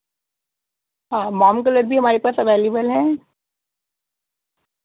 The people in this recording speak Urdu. ہاں موم کلر بھی ہمارے پاس اویلیبل ہیں